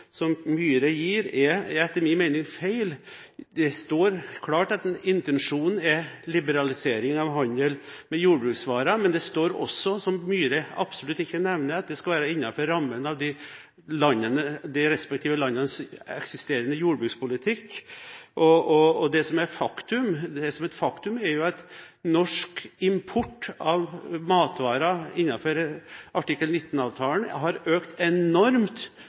som Myhre gir, er etter min mening feil. Det står klart at intensjonen er liberalisering av handelen med jordbruksvarer, men det står også – som Myhre absolutt ikke nevner – at det skal være innenfor rammen av de respektive landenes eksisterende jordbrukspolitikk. Og et faktum er jo at norsk import av matvarer innenfor artikkel 19-avtalen har økt enormt,